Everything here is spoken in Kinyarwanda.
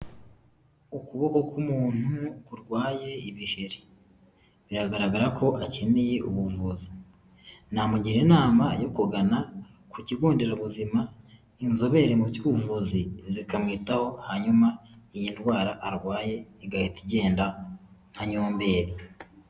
Ukuboko k'umuntu kurwaye ibiheri, biragaragara ko akeneye ubuvuzi, namugira inama yo kugana ku kigo nderabuzima, inzobere mu by'ubuvuzi zikamwitaho, hanyuma iyi ndwara arwaye igahita igenda nka nyomberi.